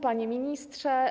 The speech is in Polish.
Panie Ministrze!